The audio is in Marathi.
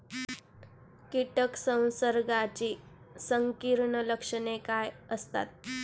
कीटक संसर्गाची संकीर्ण लक्षणे काय असतात?